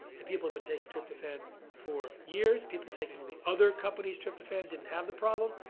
and people have been taking tryptophan for years. people taking the other company's tryptophan didn't have the problem.